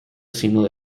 similarly